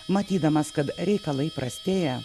matydamas kad reikalai prastėja